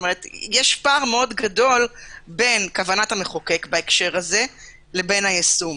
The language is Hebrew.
כלומר יש פער מאוד גדול בין כוונת המחוקק בהקשר הזה לבין היישום.